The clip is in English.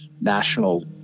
national